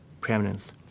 preeminence